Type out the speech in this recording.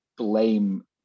blame